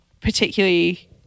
particularly